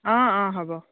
অঁ অঁ হ'ব